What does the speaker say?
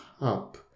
up